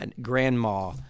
grandma